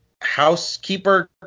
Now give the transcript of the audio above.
housekeeper